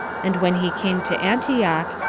and when he came to antioch,